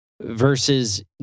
Versus